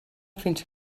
fins